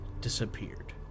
disappeared